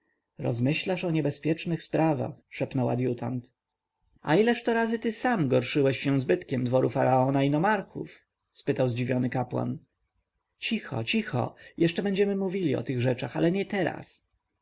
rozmyślasz o niebezpiecznych sprawach szepnął adjutant a ileż to razy ty sam gorszyłeś się zbytkami dworu faraona i nomarchów spytał zdziwiony kapłan cicho cicho jeszcze będziemy mówili o tych rzeczach ale nie teraz